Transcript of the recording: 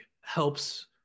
helps